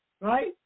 right